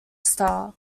star